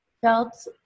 felt